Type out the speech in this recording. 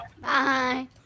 Bye